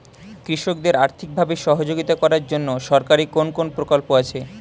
কৃষকদের আর্থিকভাবে সহযোগিতা করার জন্য সরকারি কোন কোন প্রকল্প আছে?